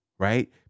Right